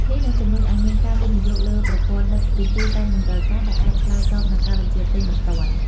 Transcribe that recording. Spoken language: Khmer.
នេះនឹងជំរុញឱ្យមានការវិនិយោគលើប្រព័ន្ធដឹកជញ្ជូនតាមតម្រូវការ ដែលអាចឆ្លើយតបនឹងការបញ្ជាទិញបន្ទាន់។